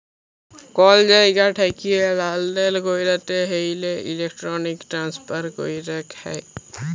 call জায়গা ঠেকিয়ে লালদেল ক্যরতে হ্যলে ইলেক্ট্রনিক ট্রান্সফার ক্যরাক হ্যয়